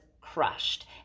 crushed